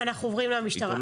אנחנו עוברים למשטרה.